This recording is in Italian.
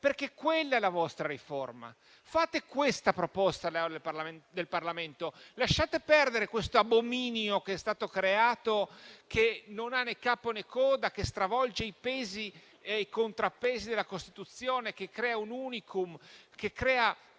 perché quella è la vostra riforma. Fate questa proposta alle Assemblee del Parlamento e lasciate perdere questo abominio che è stato creato, che non ha né capo né coda, che stravolge i pesi e i contrappesi della Costituzione, che crea un *unicum*, che crea